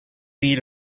eat